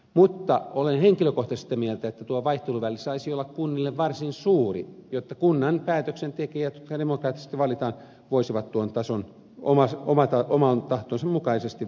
mutta olen henkilökohtaisesti sitä mieltä että tuo vaihteluväli saisi olla kunnille varsin suuri jotta kunnan päätöksentekijät jotka demokraattisesti valitaan voisivat tuon tason oman tahtonsa mukaisesti valita